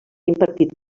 impartit